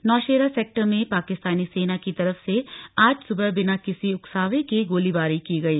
Nowshera sector में पाकिस्तानी सेना की तरफ से आज सुबह बिना किसी उकसावे के गोलीबारी की गई